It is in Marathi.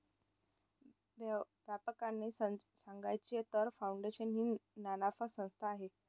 व्यापकपणे सांगायचे तर, फाउंडेशन ही नानफा संस्था आहे